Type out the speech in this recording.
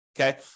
Okay